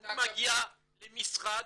כשאני מגיע למשרד,